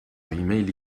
ایمیلی